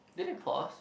did it pause